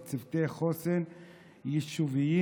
וצוותי חוסן יישוביים,